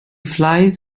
flies